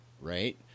right